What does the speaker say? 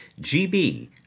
GB